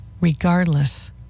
regardless